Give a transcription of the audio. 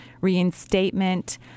reinstatement